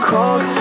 Cold